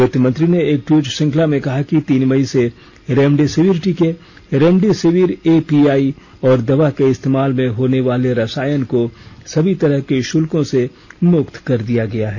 वित्त मंत्री ने एक ट्वीट श्रंखला में कहा कि तीन मई से रेमडेसिविर टीके रेमडेसिविर एपीआई और दवा के इस्तेमाल में होने वाले रसायन को सभी तरह के शुल्कों से मुक्त कर दिया गया है